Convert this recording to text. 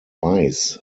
weiss